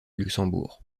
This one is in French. luxembourg